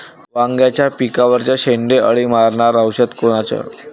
वांग्याच्या पिकावरचं शेंडे अळी मारनारं औषध कोनचं?